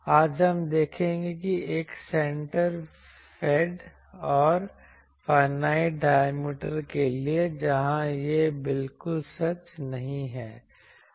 आज हम देखेंगे कि एक सेंटर फैड और फाईनाइट डायमीटर के लिए जहां यह बिल्कुल सच नहीं है